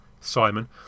Simon